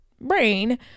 brain